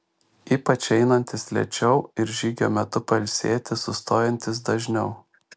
ypač einantys lėčiau ir žygio metu pailsėti sustojantys dažniau